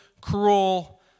cruel